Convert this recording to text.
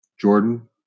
Jordan